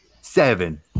Seven